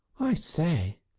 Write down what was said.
i say!